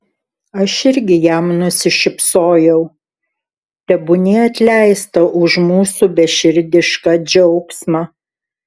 aš irgi jam nusišypsojau tebūnie atleista už mūsų beširdišką džiaugsmą